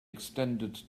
extended